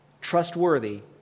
trustworthy